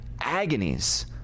agonies